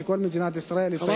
שכל מדינת ישראל תציין את היום הזה.